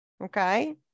okay